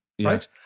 right